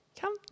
Come